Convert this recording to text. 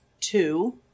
two